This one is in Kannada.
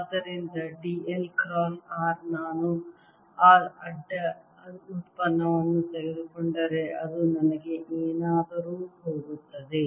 ಆದ್ದರಿಂದ d l ಕ್ರಾಸ್ r ನಾನು ಆ ಅಡ್ಡ ಉತ್ಪನ್ನವನ್ನು ತೆಗೆದುಕೊಂಡರೆ ಅದು ನನಗೆ ಏನಾದರೂ ಹೋಗುತ್ತದೆ